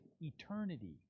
eternity